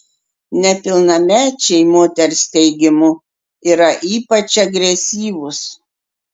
nepilnamečiai moters teigimu yra ypač agresyvūs